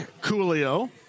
Coolio